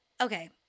okay